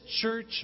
church